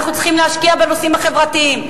אנחנו צריכים להשקיע בנושאים החברתיים.